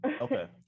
Okay